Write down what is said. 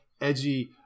edgy